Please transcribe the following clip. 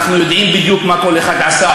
אנחנו יודעים בדיוק מה כל אחד עשה.